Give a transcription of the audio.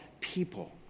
people